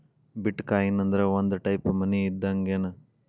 ಬಿಟ್ coin ಅಂದ್ರ ಒಂದ type money ಇದ್ದಂಗ್ಗೆನ್